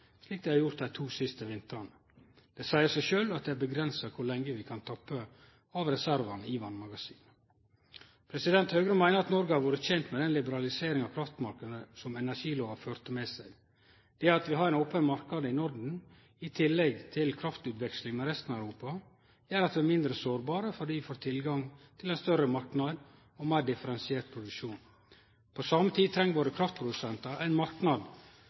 slik vi har gjort dei to siste vintrane. Det seier seg sjølv at det er grenser for kor lenge vi kan tappe av reservane i vassmagasina. Høgre meiner at Noreg har vore tent med den liberaliseringa av kraftmarknaden som energilova førte med seg. Det at vi har ein open marknad i Norden, i tillegg til kraftutveksling med resten av Europa, gjer at vi er mindre sårbare, fordi vi får tilgang til ein større marknad og meir differensiert produksjon. På same tid treng våre kraftprodusentar ein marknad